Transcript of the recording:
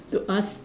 to ask